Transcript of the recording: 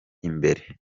imbere